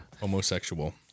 Homosexual